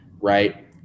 right